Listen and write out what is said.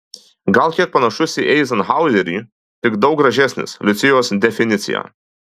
gal kiek panašus į eizenhauerį tik daug gražesnis liucijos definicija